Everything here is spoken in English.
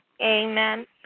Amen